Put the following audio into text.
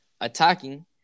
attacking